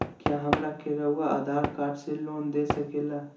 क्या हमरा के रहुआ आधार कार्ड से लोन दे सकेला?